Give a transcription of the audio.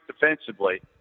defensively